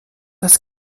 das